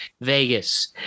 vegas